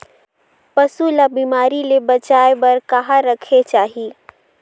पशु ला बिमारी ले बचाय बार कहा रखे चाही?